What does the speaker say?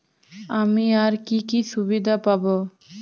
আমি আর কি কি সুবিধা পাব?